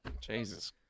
Jesus